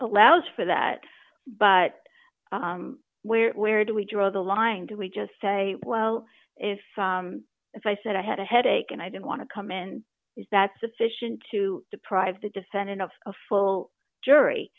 llows for that but where where do we draw the line do we just say well if if i said i had a headache and i didn't want to come in is that sufficient to deprive the defendant of a full jury